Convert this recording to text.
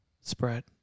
Spread